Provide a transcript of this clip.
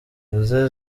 josé